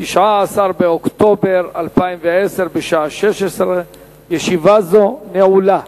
19 באוקטובר 2010, בשעה 16:00. ישיבה זו נעולה.